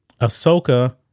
Ahsoka